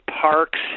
parks